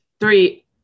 Three